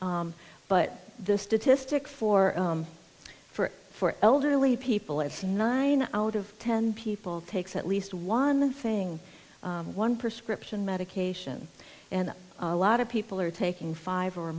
holland but the statistic for for for elderly people it's nine out of ten people takes at least one thing one prescription medication and a lot of people are taking five or